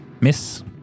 Miss